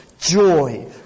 joy